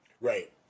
Right